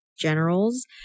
generals